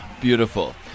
Beautiful